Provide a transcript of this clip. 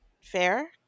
Fair